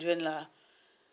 children lah